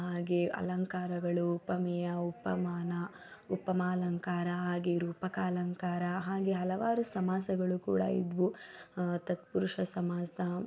ಹಾಗೆಯೇ ಅಲಂಕಾರಗಳು ಉಪಮೇಯ ಉಪಮಾನ ಉಪಮಾನಲಂಕಾರ ಹಾಗೆಯೇ ರೂಪಕಾಲಂಕಾರ ಹಾಗೆಯೇ ಹಲವಾರು ಸಮಾಸಗಳು ಕೂಡ ಇದ್ದವು ತತ್ಪುರುಷ ಸಮಾಸ